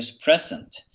present